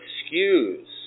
excuse